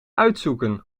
uitzoeken